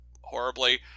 horribly